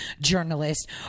journalist